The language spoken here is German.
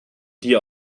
dir